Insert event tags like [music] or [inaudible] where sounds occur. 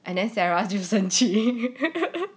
and then sarah 就生气 [laughs]